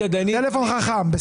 טלפון חכם.